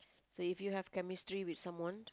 so if you have chemistry with someone